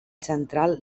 central